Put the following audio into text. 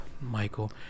Michael